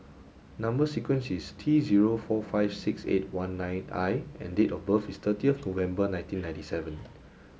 number sequence is T zero four five six eight one nine I and date of birth is thirty of November nineteen nineteen seven